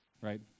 right